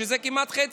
שזה כמעט חצי.